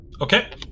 Okay